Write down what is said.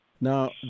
Now